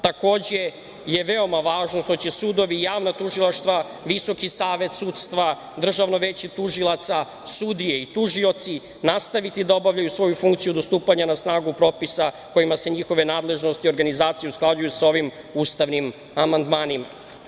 Takođe je veoma važno što će sudovi i javna tužilaštva, Visoki savet sudstva, Državno veće tužilaca, sudije i tužioci nastaviti da obavljaju svoju funkciju do stupanja na snagu propisa kojima se njihove nadležnosti i organizacije usklađuju sa ovim ustavnim amandmanima.